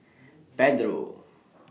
Pedro